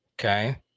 Okay